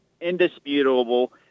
indisputable